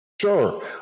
Sure